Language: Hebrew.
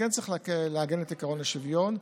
צריך לעגן את עקרון השוויון,